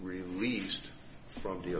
released from the